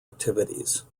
activities